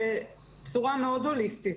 בצורה מאוד הוליסטית.